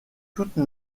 toute